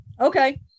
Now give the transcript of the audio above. Okay